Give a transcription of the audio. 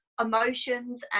emotions